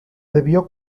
debió